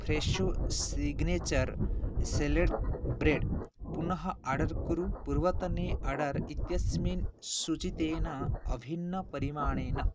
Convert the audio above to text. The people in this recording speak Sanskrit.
फ़्रेशो सिग्नेचर् सेलेड् ब्रेड् पुनः आर्डर् कुरु पूर्वतने आर्डर् इत्यस्मिन् सूचितेन अभिन्नपरिमाणेन